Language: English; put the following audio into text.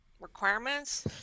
requirements